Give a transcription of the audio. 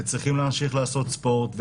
צריכים להמשיך לעשות ספורט,